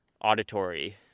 auditory